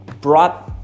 brought